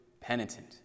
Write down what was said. penitent